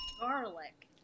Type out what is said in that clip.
Garlic